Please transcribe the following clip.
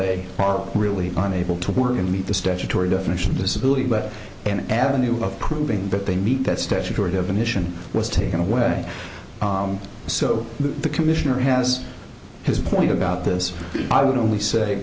they are really on able to work and meet the statutory definition of disability but an avenue of proving that they meet that statutory definition was taken away so the commissioner has his point about this i would only say